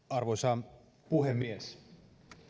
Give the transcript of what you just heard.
arvoisa puhemies